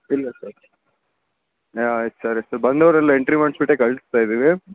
ಇಲ್ಲ ಸರ್ ಹಾಂ ಆಯ್ತು ಸರಿ ಸರ್ ಬಂದವರೆಲ್ಲ ಎಂಟ್ರಿ ಮಾಡಿಸ್ಬಿಟ್ಟೆ ಕಳಿಸ್ತಾ ಇದ್ದೀವಿ